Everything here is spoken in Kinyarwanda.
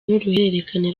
n’uruhererekane